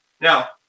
Now